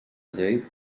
llei